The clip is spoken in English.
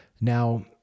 Now